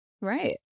Right